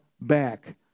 back